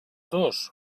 dos